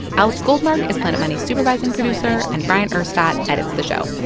alex goldmark is planet money's supervising producer. and bryant urstadt edits the show.